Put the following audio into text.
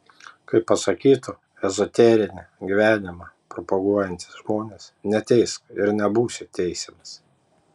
kaip pasakytų ezoterinį gyvenimą propaguojantys žmonės neteisk ir nebūsi teisiamas